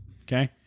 Okay